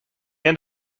end